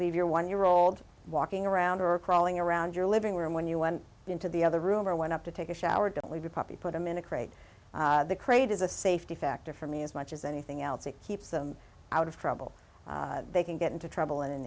leave your one year old walking around or crawling around your living room when you went into the other room or went up to take a shower didn't leave you poppy put them in a crate the crate is a safety factor for me as much as anything else it keeps them out of trouble they can get into trouble in an